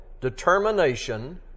determination